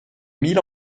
mille